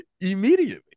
immediately